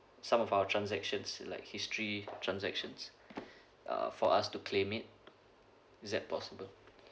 some of our transaction so like history transactions uh for us to claim it is that possible